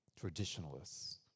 Traditionalists